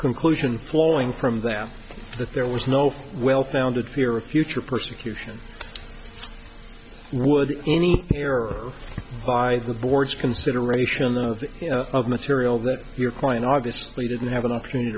conclusion flowing from them that there was no well founded fear of future persecution would any error by the boards consideration of the material that your client obviously didn't have an opportunity